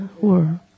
world